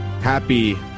Happy